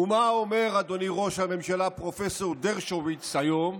ומה אומר, אדוני ראש הממשלה, פרופ' דרשוביץ היום?